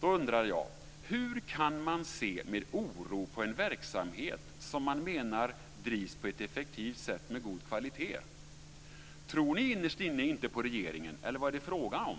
Då undrar jag: Hur kan man se med oro på en verksamhet som man menar drivs på ett effektivt sätt med god kvalitet? Tror ni innerst inne inte på regeringen, eller vad är det fråga om?